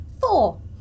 Four